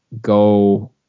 go